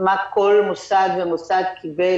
מה כל מוסד ומוסד קיבל,